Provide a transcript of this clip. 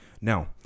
Now